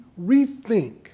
rethink